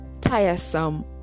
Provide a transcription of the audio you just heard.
tiresome